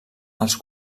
els